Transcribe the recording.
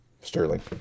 Sterling